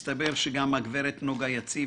מסתבר שגם הגברת נגה יציב,